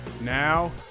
Now